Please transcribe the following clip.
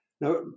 Now